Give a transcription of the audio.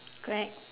correct